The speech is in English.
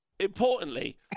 Importantly